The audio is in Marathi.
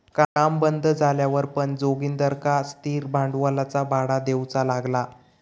काम बंद झाल्यावर पण जोगिंदरका स्थिर भांडवलाचा भाडा देऊचा लागला